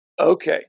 okay